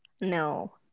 No